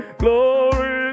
glory